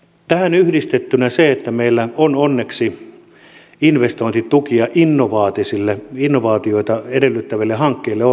tähän yhdistettynä se että meillä on onneksi investointitukia innovaatioita edellyttäville hankkeille on hyvä